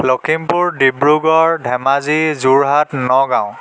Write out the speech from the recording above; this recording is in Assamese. লখিমপুৰ ধেমাজি যোৰহাট ডিব্ৰুগড় নগাঁও